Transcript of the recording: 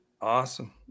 Awesome